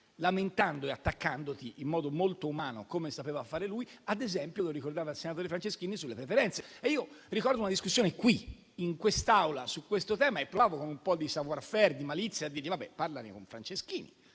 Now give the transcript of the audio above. lamentando e attaccandoti in modo molto umano, come sapeva fare lui, ad esempio - come ricordava il senatore Franceschini - sulle preferenze. Ricordo una discussione qui, in quest'Aula, su questo tema, in cui provavo, con un po' di *savoir-faire* e di malizia, di dirgli di parlarne con Franceschini,